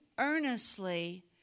earnestly